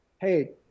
hey